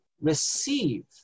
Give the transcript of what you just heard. receive